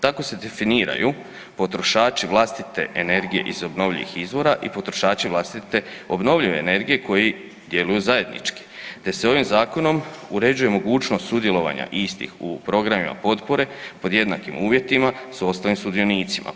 Tako se definiraju potrošači vlastite energije iz obnovljivih izvora i potrošači vlastite obnovljive energije koji djeluju zajednički te se ovim Zakonom uređuje mogućnost sudjelovanja istih u programima potpore pod jednakim uvjetima s ostalim sudionicima.